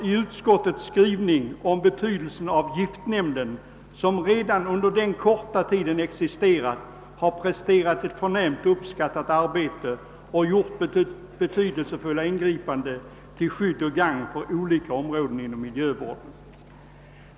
I utskottets skrivning omnämnes också giftnämnden, som redan under sin korta existens har presterat ett förnämligt och uppskattat arbete och gjort betydelsefulla ingripanden till skydd och gagn för olika områden inom miljövården.